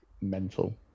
mental